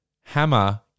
Hammer